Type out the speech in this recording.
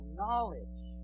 knowledge